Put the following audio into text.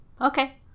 Okay